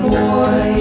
boy